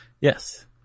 Yes